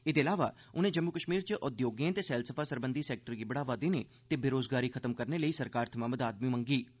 एह्दे अलावा उनें जम्मू कश्मीर च उद्योगें ते सैलसफा सरबंधी सैक्टर गी बढ़ावा देने ते बेरोजगारी खत्म करने लेई सरकार थमां मदाद दी मंग कीती